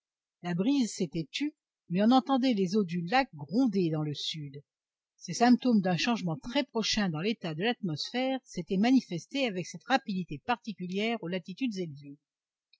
la brise s'était tue mais on entendait les eaux du lac gronder dans le sud ces symptômes d'un changement très prochain dans l'état de l'atmosphère s'étaient manifestés avec cette rapidité particulière aux latitudes élevées